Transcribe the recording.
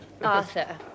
Arthur